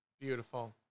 beautiful